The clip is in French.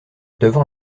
devant